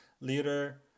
leader